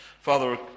Father